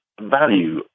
value